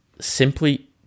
simply